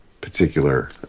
particular